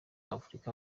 africa